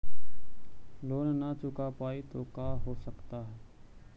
Loan न चुका पाई तो का हो सकता है?